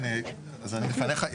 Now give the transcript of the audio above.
כן, אז אני לפניך.